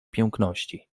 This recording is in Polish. piękności